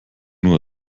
nur